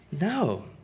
No